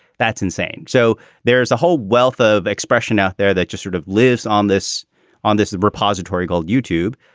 that's insane. so there is a whole wealth of expression out there that just sort of lives on this on this repository called youtube.